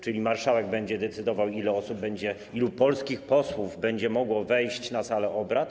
Czyli marszałek będzie decydował, ile osób, ilu polskich posłów będzie mogło wejść na salę obrad?